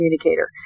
communicator